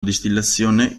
distillazione